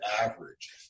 average